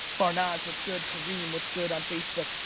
farnaz what's good? karim what's good on facebook?